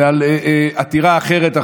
ועל עתירה אחרת,